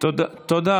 תודה.